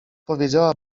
powiedziała